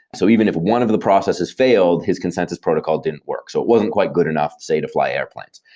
so even if one of the processes failed, his consensus protocol didn't work. so it wasn't quite good enough to, say, to fly airplanes.